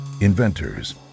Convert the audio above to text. inventors